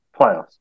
playoffs